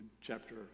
chapter